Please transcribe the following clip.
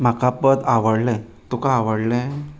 म्हाका पद आवडलें तुका आवडलें